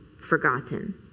forgotten